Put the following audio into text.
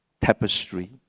tapestry